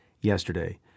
yesterday